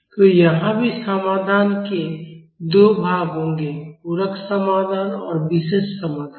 तो यहाँ भी समाधान के 2 भाग होंगे पूरक समाधान और विशेष समाधान